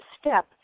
step